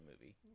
movie